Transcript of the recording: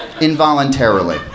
Involuntarily